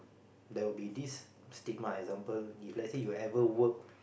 there will be this stigma example if lets say you ever work